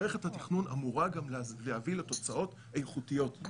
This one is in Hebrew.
מערכת התכנון אמורה גם להביא לתוצאות איכותיות.